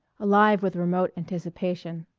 alive with remote anticipation.